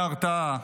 בהרתעה.